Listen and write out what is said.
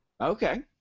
Okay